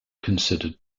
considered